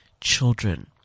children